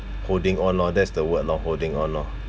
holding on lor that's the word lor holding on lah